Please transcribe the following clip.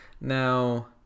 Now